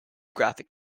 graphic